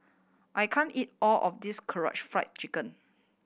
I can't eat all of this Karaage Fried Chicken